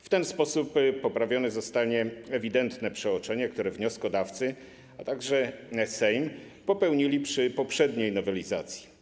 W ten sposób poprawione zostanie ewidentne przeoczenie, które wnioskodawcy, a także Sejm popełnili przy poprzedniej nowelizacji.